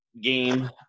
game